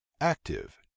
active